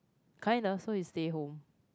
kind of so he stay home